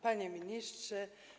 Panie Ministrze!